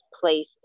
place